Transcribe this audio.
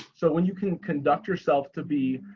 so when you can conduct yourself to be